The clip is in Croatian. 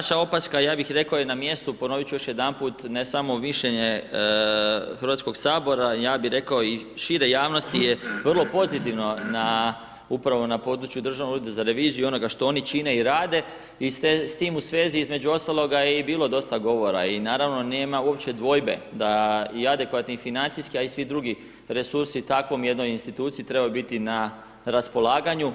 Pa vaša opaska, ja bih rekao je na mjestu, ponovit ću još jedanput, ne samo mišljenje Hrvatskog sabora, ja bih rekao i šire javnosti je vrlo pozitivno upravo na području Državnog ureda za reviziju i onoga što oni čine i rade i s tim u sveti između ostalog je i bilo dosta govora i naravno nema uopće dvojbe da i adekvatni i financijski a i svi drugi resursi takvoj jednoj instituciji trebaju biti na raspolaganju.